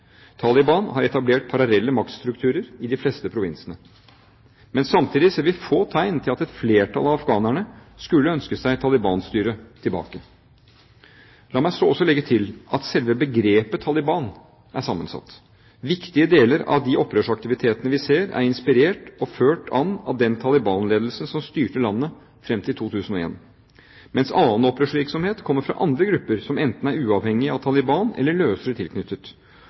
Taliban har etablert parallelle maktstrukturer i de fleste provinsene. Samtidig ser vi få tegn til at et flertall av afghanerne skulle ønske seg Taliban-styret tilbake. La meg så legge til at selve begrepet «Taliban» er sammensatt. Viktige deler av de opprørsaktivitetene vi ser, er inspirert og ført an av den Taliban-ledelsen som styrte landet fram til 2001, mens annen opprørsvirksomhet kommer fra andre grupper som enten er uavhengige av Taliban eller løsere tilknyttet.